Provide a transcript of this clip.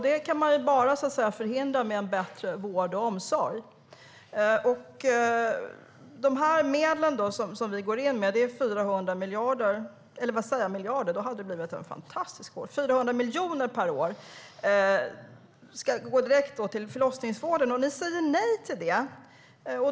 Det kan man bara förhindra med en bättre vård och omsorg. De medel som vi går in med är 400 miljoner per år som ska gå direkt till förlossningsvården. Ni säger nej till det.